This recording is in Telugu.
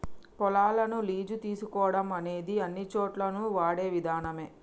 పొలాలను లీజు తీసుకోవడం అనేది అన్నిచోటుల్లోను వాడే విధానమే